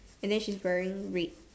and then she's wearing red